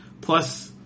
Plus